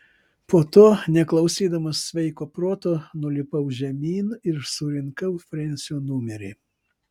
po to neklausydamas sveiko proto nulipau žemyn ir surinkau frensio numerį